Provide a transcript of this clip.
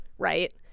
right